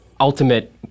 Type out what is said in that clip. Ultimate